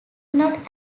not